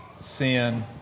sin